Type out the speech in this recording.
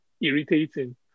irritating